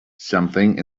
something